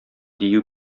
дию